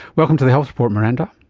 welcome to the health report miranda.